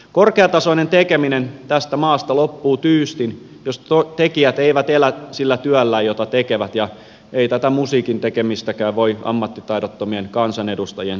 korkeatasoinen tekeminen tästä maasta loppuu tyystin jos tekijät eivät elä sillä työllä jota tekevät ja ei tätä musiikin tekemistäkään voi ammattitaidottomien kansanedustajien sivuharrastukseksi jättää